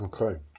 Okay